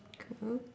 cool